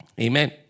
Amen